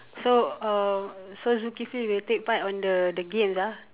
so uh so Zukifli will take part of the games ah